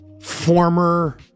former